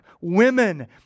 women